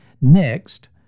Next